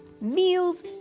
Meals